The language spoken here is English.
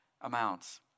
amounts